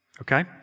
okay